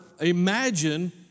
imagine